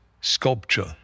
sculpture